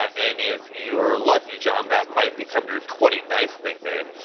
and if you're lucky, john, that might become your twenty ninth nickname.